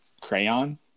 Crayon